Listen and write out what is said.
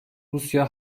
rusya